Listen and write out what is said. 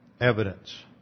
Evidence